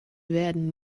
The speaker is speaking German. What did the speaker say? werden